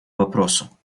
вопросу